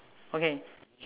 okay